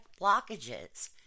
blockages